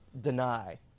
deny